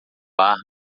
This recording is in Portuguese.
bar